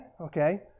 okay